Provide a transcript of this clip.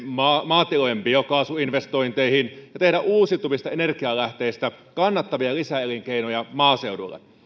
maatilojen biokaasuinvestointeihin ja tehdä uusiutuvista energialähteistä kannattavia lisäelinkeinoja maaseudulle